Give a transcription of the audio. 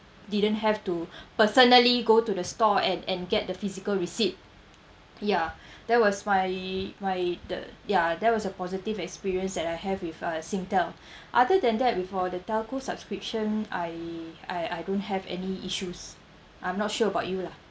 didn't have to personally go to the store and and get the physical receipt ya that was my my the ya that was a positive experience that I have with uh Singtel other than that with all the telco subscription I I I don't have any issues I'm not sure about you lah